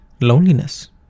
loneliness